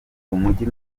umujyi